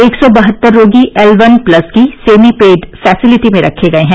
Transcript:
एक सौ बहत्तर रोगी एल वन प्लस की सेमीपेड फैसिलिटी में रखे गये हैं